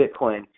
Bitcoin